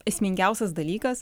esmingiausias dalykas